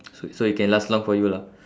so so it can last long for you lah